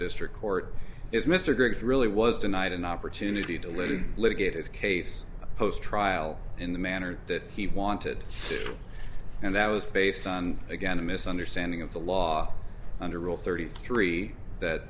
district court is mr griggs really was denied an opportunity to live litigate his case post trial in the manner that he wanted and that was based on again a misunderstanding of the law under rule thirty three that